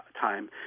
time